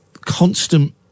constant